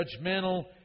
judgmental